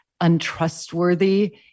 untrustworthy